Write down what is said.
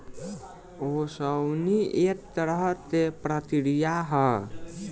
ओसवनी एक तरह के प्रक्रिया ह